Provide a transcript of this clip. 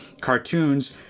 cartoons